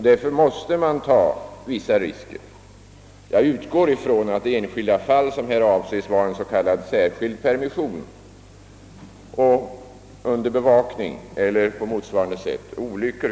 Därför måste man ta vissa risker.